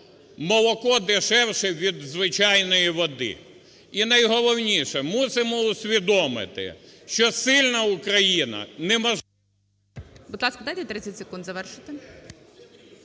молоко дешевше від звичайної води. І найголовніше. Мусимо усвідомити, що сильна Україна… Веде